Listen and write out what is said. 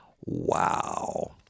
Wow